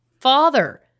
father